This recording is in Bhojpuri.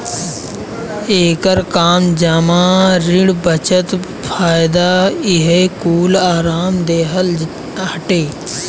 एकर काम जमा, ऋण, बचत, फायदा इहे कूल आराम देहल हटे